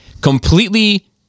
completely